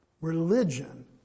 religion